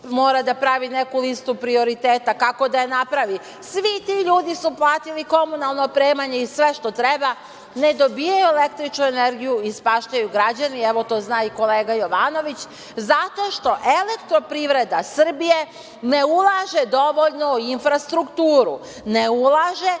Mora da pravi neku listu prioriteta. Kako da je napravi? Svi ti ljudi su platili komunalno opremanje i sve što treba, ne dobijaju električnu energiju. Ispaštaju građani. Evo, to zna i kolega Jovanović, zato što Elektroprivreda Srbije ne ulaže dovoljno u infrastrukturu. Ne ulaže,